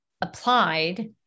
applied